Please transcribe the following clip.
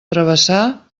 travessà